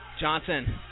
Johnson